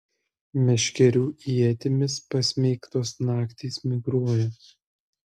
meškerių ietimis pasmeigtos naktys migruoja